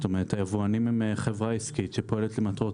היבואנים הם חברה עסקית שפועלת למטרות